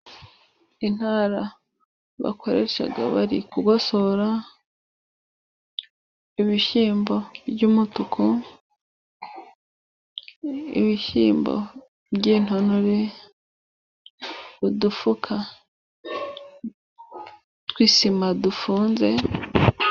Intara bakoresha bari kugosora, ibishyimbo by'umutuku, ibishyimbo by'intonore, udufuka tw'isima dufunze.